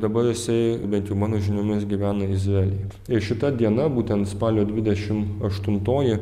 dabar jisai bent jau mano žiniomis gyvena izraelyje ir šita diena būtent spalio dvidešimt aštuntoji